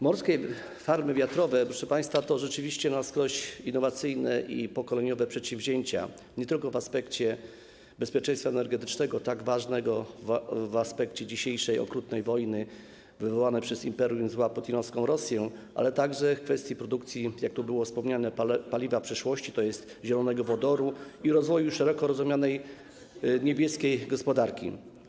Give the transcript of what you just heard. Morskie farmy wiatrowe, proszę państwa, to rzeczywiście na wskroś innowacyjne i pokoleniowe przedsięwzięcia, nie tylko w aspekcie bezpieczeństwa energetycznego, tak ważnego w aspekcie dzisiejszej okrutnej wojny wywołanej przez imperium zła, putinowską Rosję, ale także w kwestii produkcji, jak tu było wspomniane, paliwa przyszłości, tj. zielonego wodoru, i rozwoju szeroko rozumianej niebieskiej gospodarki.